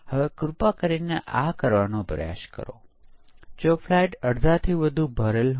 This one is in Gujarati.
પરંતુ તે પછી V મોડેલ વોટરફોલ મોડેલનો એક પ્રકાર હોવાને કારણે તે વોટરફોલ મોડેલની અમુક ખામીઓ ધરાવે છે